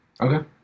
Okay